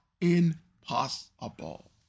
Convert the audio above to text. impossible